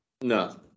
No